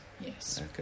yes